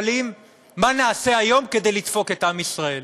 מה נעשה היום כדי לדפוק את עם ישראל?